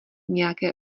nějaké